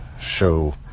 show